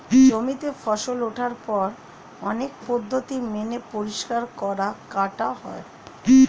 জমিতে ফসল ওঠার পর অনেক পদ্ধতি মেনে পরিষ্কার করা, কাটা হয়